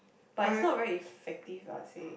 but it's not very effective I would say